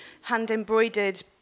hand-embroidered